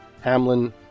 hamlin